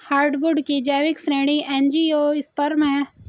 hardwood की जैविक श्रेणी एंजियोस्पर्म है